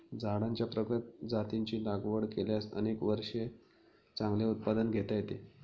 झाडांच्या प्रगत जातींची लागवड केल्यास अनेक वर्षे चांगले उत्पादन घेता येते